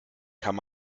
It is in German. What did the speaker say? kann